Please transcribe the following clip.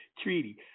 treaty